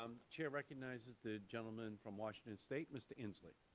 um chair recognizes the gentleman from washington state, mr. inslee.